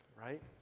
right